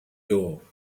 door